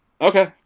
Okay